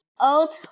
old